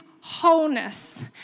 wholeness